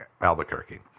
Albuquerque